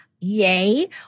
yay